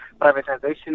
privatization